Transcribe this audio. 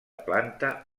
planta